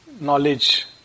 knowledge